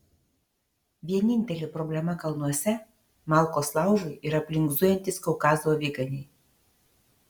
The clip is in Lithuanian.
vienintelė problema kalnuose malkos laužui ir aplink zujantys kaukazo aviganiai